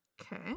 Okay